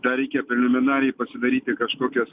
tą reikia preliminariai pasidaryti kažkokias